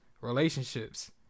relationships